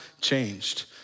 changed